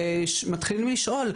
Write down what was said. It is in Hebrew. שמתחילים לשאול,